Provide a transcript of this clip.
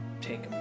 take